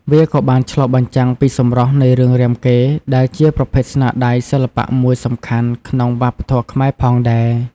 វាក៏បានឆ្លុះបញ្ចាំងពីសម្រស់នៃរឿងរាមកេរ្តិ៍ ដែលជាប្រភេទស្នាដៃសិល្បៈមួយសំខាន់ក្នុងវប្បធម៌ខ្មែរផងដែរ។